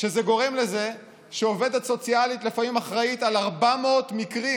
שזה גורם לזה שעובדת סוציאלית לפעמים אחראית על 400 מקרים?